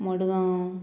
Madgaon